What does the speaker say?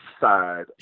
side